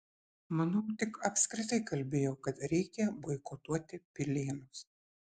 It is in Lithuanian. manau tik apskritai kalbėjau kad reikia boikotuoti pilėnus